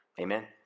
Amen